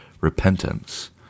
repentance